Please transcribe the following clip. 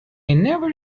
never